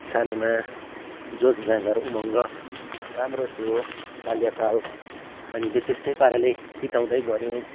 सानोमा जोस जाँगर उमङ्ग राम्रो थियो बाल्यकाल हामीले त्यस्तै पाराले बिताउँदै गऱ्यौँ